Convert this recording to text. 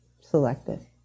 selected